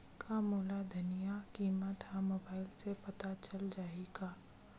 का मोला धनिया किमत ह मुबाइल से पता चल जाही का?